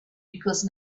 because